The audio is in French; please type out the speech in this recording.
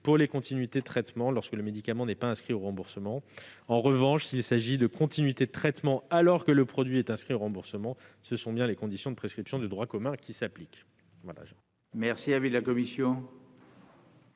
pour les continuités de traitement lorsque le médicament n'est pas inscrit au remboursement. En revanche, s'il s'agit de continuité de traitement alors que le produit est inscrit au remboursement, ce sont bien les conditions de prescription de droit commun qui s'appliquent. Quel est l'avis de la commission